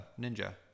Ninja